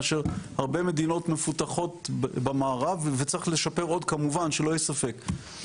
מאשר הרבה מדינות מפותחות במערב וצריך לשפר עוד כמובן שלא יהיה ספק,